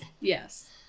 Yes